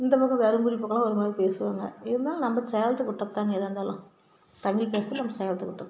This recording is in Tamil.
இந்த பக்கம் தர்மபுரி பக்கமெல்லாம் ஒரு மாதிரி பேசுவாங்க இருந்தாலும் நம்ப சேலத்துக்கு விட்டதுதாங்க ஏதா இருந்தாலும் தமிழ் பேச்சு நம்ம சேலத்துக்கு விட்டது